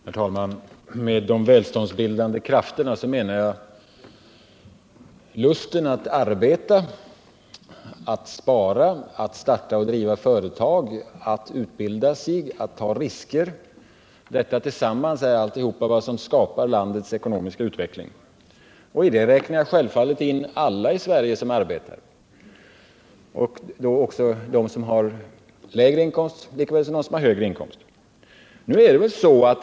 Herr talman! Med de välståndsbildande krafterna menar jag lusten att arbeta, att spara, att starta och driva företag, att utbilda sig och att ta risker. Detta tillsammans är vad som skapar landets ekonomiska utveckling. Därvid räknar jag självfallet in alla i Sverige som arbetar, de som har lägre inkomst lika väl som de som har högre inkomst.